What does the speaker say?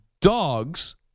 dogs